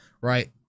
right